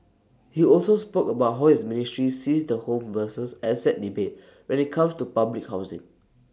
he also spoke about how his ministry sees the home versus asset debate when IT comes to public housing